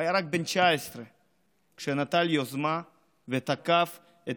הוא היה רק בן 19 כשנטל יוזמה ותקף את